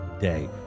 day